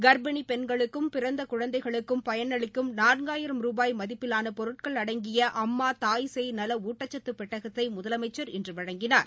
கர்ப்பிணி பெண்களுக்கும் பிறந்த குழந்தைகளுக்கும் பயனளிக்கும் நான்காயிரம் ரூபாய் மதிப்பிலான பொருட்கள் அடங்கிய அம்மா தாய்சேய் நல ஊட்டச்சத்து பெட்டகத்தை முதலமைச்சர் இன்று வழங்கினார்